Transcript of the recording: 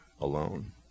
alone